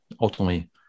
ultimately